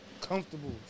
comfortable